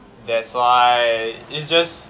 that's why it's just